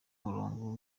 murongo